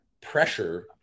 pressure